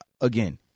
again